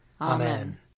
Amen